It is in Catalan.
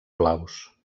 blaus